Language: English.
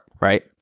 right